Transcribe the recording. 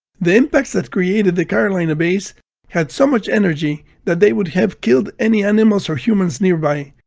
the impacts that created the carolina bays had so much energy that they would have killed any animals or humans nearby.